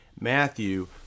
Matthew